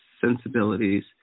sensibilities